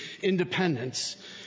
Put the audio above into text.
independence